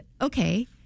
okay